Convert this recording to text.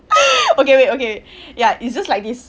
okay wait okay wait ya it's just like this